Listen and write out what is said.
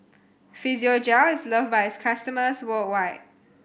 Physiogel is loved by its customers worldwide